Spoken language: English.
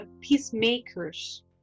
peacemakers